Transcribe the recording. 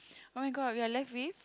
oh-my-god we're left with